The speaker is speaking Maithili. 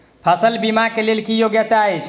फसल बीमा केँ लेल की योग्यता अछि?